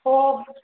ꯑꯣ